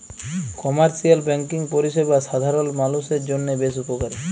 commercial banking পরিষেবা সাধারল মালুষের জন্হে বেশ উপকারী